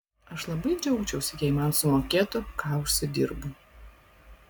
aš labiau džiaugčiausi jei man sumokėtų ką užsidirbu